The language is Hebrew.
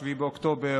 7 באוקטובר,